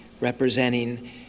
representing